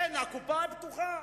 הקופה פתוחה.